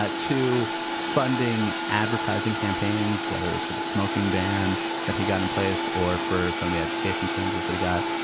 to funding advertising campaigns, whether it's for the smoking ban that he got in place or for some of the education changes that he got.